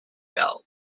belt